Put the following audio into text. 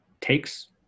takes